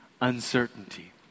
uncertainty